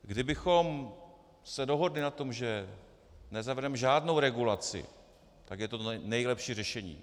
Kdybychom se dohodli na tom, že nezavedeme žádnou regulaci, tak je to to nejlepší řešení.